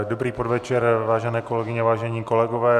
Dobrý podvečer, vážené kolegyně, vážení kolegové.